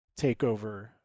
takeover